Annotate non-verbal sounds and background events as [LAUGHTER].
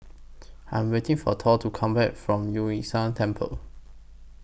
I'm waiting For Thor to Come Back from Yu [UNINTELLIGIBLE] Temple